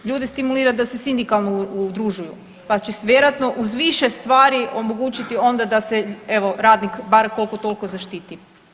Ljude stimulirati da se sindikalno udružuju pa će se vjerojatno uz više stvari omogućiti onda da se onda evo radnik bar koliko toliko zaštiti.